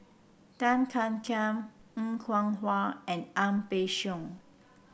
Tan Ean Kiam Er Kwong Wah and Ang Peng Siong